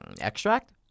Extract